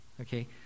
Okay